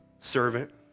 servant